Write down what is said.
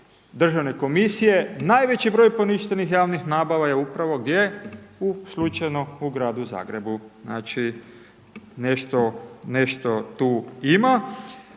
Državne komisije, najveći broj poništenih javnih nabava je upravo gdje, u slučajno u gradu Zagrebu. Znači, nešto tu ima